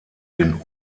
den